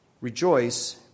rejoice